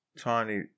tiny